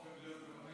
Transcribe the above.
מותר לך.